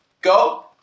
Go